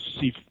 see